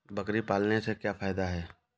बकरी पालने से क्या फायदा है?